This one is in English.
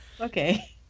Okay